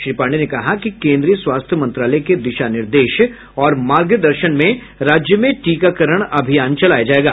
श्री पांडेय ने कहा कि केंद्रीय स्वास्थ्य मंत्रालय के दिशा निर्देश और मार्गदर्शन में राज्य में टीकाकरण अभियान चलाया जायेगा